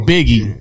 Biggie